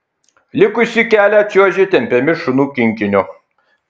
likusį kelią čiuožė tempiami šunų kinkinio